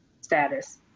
status